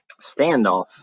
Standoff